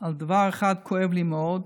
על דבר אחד כואב לי מאוד,